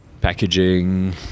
packaging